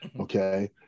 Okay